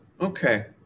okay